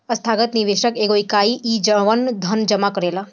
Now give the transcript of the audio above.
संस्थागत निवेशक एगो इकाई ह जवन धन जामा करेला